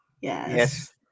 yes